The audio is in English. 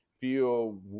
feel